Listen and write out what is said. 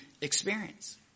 experience